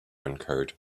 encode